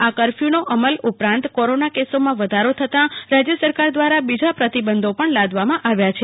આ કર્ફ્યુનો અમલ ઉપરાંત કોરોના કેસોમાં વધારો થતાં રાજ્ય સરકાર દ્વારા બીજા પ્રતિબંધો પણ લાદવામાં આવ્યા છે